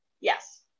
Yes